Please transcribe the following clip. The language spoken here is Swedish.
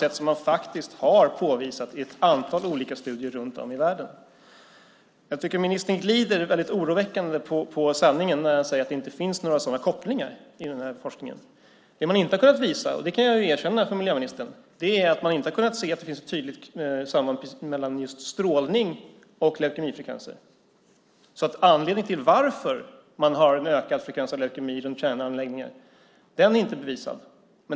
I ett antal studier runt om i världen har man påvisat att så är fallet. Ministern glider på ett oroväckande sätt beträffande sanningen när han säger att det inte finns några sådana kopplingar inom forskningen. Det man inte har kunnat påvisa - det kan jag erkänna - är att det skulle finnas ett tydligt samband mellan just strålning och leukemifrekvenser. Varför det finns en ökad frekvens av leukemi i närheten av kärnkraftsanläggningar är inte bevisat.